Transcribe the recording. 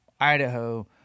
Idaho